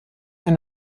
eine